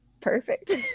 perfect